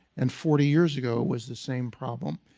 and forty years ago was the same problem,